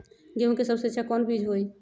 गेंहू के सबसे अच्छा कौन बीज होई?